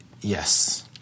yes